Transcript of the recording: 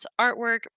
artwork